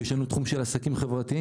יש לנו תחום של עסקים חברתיים,